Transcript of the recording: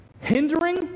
hindering